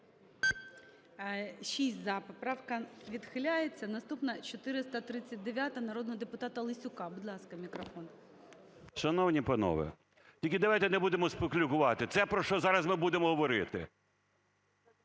Шановні панове, тільки давайте не будемо спекулювати, це про що ми зараз ми будемо говорити.